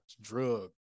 drug